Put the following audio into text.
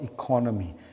economy